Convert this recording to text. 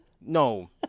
No